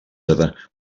other